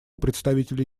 представителя